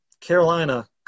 Carolina –